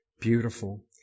beautiful